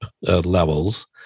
levels